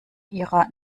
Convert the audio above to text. ihrer